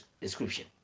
description